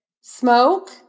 smoke